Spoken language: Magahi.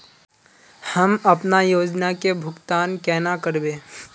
हम अपना योजना के भुगतान केना करबे?